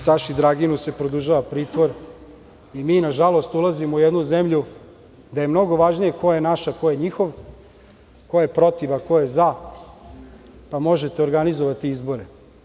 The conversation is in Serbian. Saši Draginu se produžava pritvor i mi, nažalost, ulazimo u jednu zemlju gde je mnogo važnije ko je naš a ko je njihov, ko je protiv a ko je za, pa možete organizovati izbore.